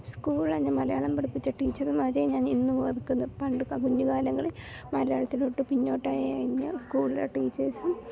സ്കൂളിൽ എന്നെ മലയാളം പഠിപ്പിച്ച ടീച്ചർമ്മാരെ ഞാൻ ഇന്നുമോർക്കുന്നു പണ്ട് കാലങ്ങളിൽ മലയാളത്തിലോട്ട് പിന്നോട്ടായ എന്നെ സ്കൂളിലെ ടീച്ചേഴ്സും